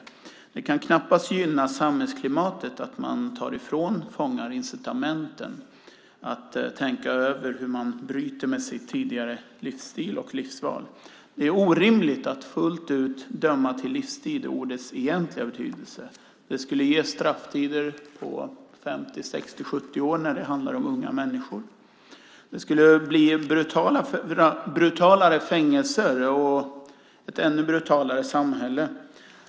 Det kan knappast gynna samhällsklimatet att man tar ifrån fångar incitamenten att tänka över hur man bryter med sin tidigare livsstil och sitt livsval. Det är orimligt att fullt ut döma till livstid i ordets egentliga betydelse. Det skulle ge strafftider på 50, 60, 70 år när det handlar om unga människor. Det skulle bli brutalare fängelser och ett ännu brutalare samhälle.